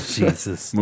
Jesus